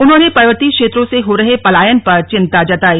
उन्होंने पर्वतीय क्षेत्रों से हो रहे पलायन पर चिंता जताई